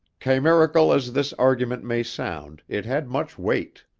chimerical as this argument may sound, it had much weight.